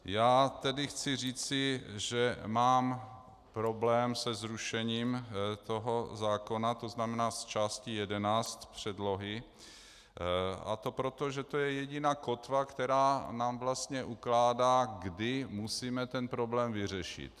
Já tedy chci říci, že mám problém se zrušením toho zákona, to znamená s částí 11 předlohy, a to proto, že to je jediná kotva, která nám vlastně ukládá, kdy musíme ten problém vyřešit.